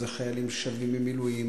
זה גם חיילים ששבים ממילואים.